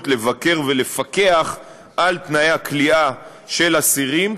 לבקר ולפקח על תנאי הכליאה של אסירים,